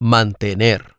Mantener